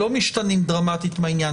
לא משתנים דרמטית מהעניין.